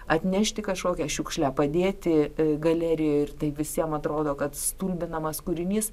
atnešti kažkokią šiukšlę padėti galerijoj ir tai visiem atrodo kad stulbinamas kūrinys